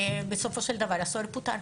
בסופו של דבר הסוהר פוטר.